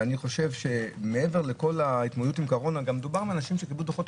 ואני חושב שמעבר לכל ההתמודדות עם הקורונה מדובר באנשים שקיבלו דוחות,